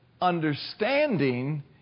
understanding